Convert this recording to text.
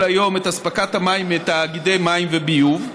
היום את אספקת המים מתאגידי מים וביוב,